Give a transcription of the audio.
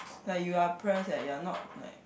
ya you are a press leh you are not like